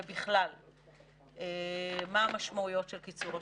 ובכלל מה המשמעויות של קיצור השירות.